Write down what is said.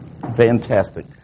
fantastic